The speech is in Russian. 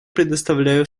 предоставляю